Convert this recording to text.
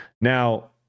now